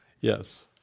Yes